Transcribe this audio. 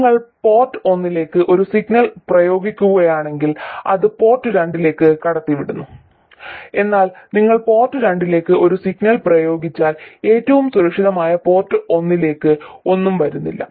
നിങ്ങൾ പോർട്ട് ഒന്നിലേക്ക് ഒരു സിഗ്നൽ പ്രയോഗിക്കുകയാണെങ്കിൽ അത് പോർട്ട് രണ്ടിലേക്ക് കടത്തിവിടുന്നു എന്നാൽ നിങ്ങൾ പോർട്ട് രണ്ടിലേക്ക് ഒരു സിഗ്നൽ പ്രയോഗിച്ചാൽ ഏറ്റവും സുരക്ഷിതമായ പോർട്ട് ഒന്നിലേക്ക് ഒന്നും വരുന്നില്ല